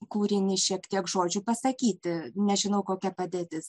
kūrinį šiek tiek žodžių pasakyti nežinau kokia padėtis